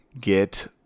get